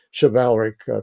chivalric